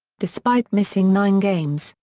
despite missing nine games,